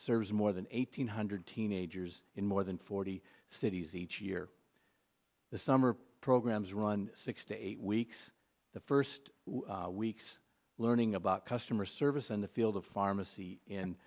serves more than eight hundred teenagers in more than forty cities each year the summer programs run six to eight weeks the first weeks learning about customer service in the field of pharmacy